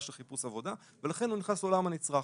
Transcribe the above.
של חיפוש עבודה ולכן הוא נכנס לעולם הנצרך.